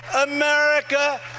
America